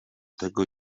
tego